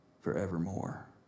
forevermore